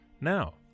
Now